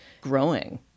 growing